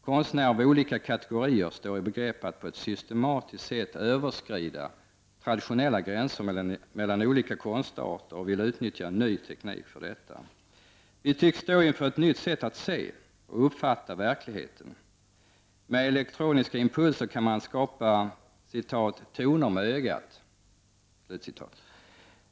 Konstnärer av olika kategorier står i begrepp att på ett systematiskt sätt överskrida traditionella gränser mellan olika konstarter och vill utnyttja ny teknik för detta. Vi tycks stå inför ett nytt sätt att se och uppfatta verkligheten. Med elektroniska impulser kan man skapa ”toner med ögat”.